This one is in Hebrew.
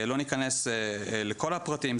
לא ניכנס לכל הפרטים,